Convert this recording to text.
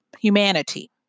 humanity